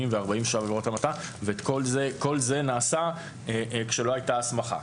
ו-40 בעבירות המתה - כל זה נעשה כשלא הייתה הסמכה.